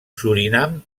surinam